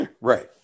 Right